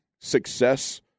success